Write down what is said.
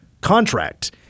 contract